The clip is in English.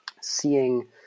seeing